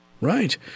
Right